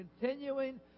continuing